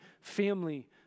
family